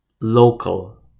local